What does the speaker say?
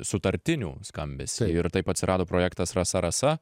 sutartinių skambesį ir taip atsirado projektas rasa rasa